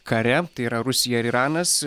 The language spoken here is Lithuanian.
kare tai yra rusija ir iranas